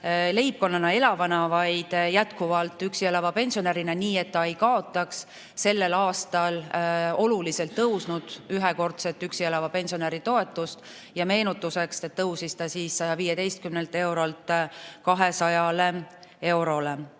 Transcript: leibkonnas elavana, vaid jätkuvalt üksi elava pensionärina, nii et ta ei kaota sellel aastal oluliselt tõusnud ühekordset üksi elava pensionäri toetust. Meenutuseks: see tõusis 115 eurolt 200 eurole.